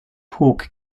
hawk